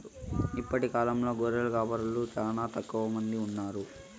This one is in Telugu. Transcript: ఇప్పటి కాలంలో గొర్రెల కాపరులు చానా తక్కువ మంది ఉన్నారు